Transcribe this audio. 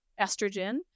estrogen